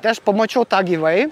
tai aš pamačiau tą gyvai